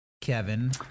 kevin